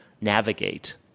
navigate